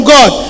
God